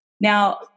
Now